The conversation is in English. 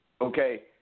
Okay